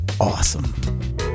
awesome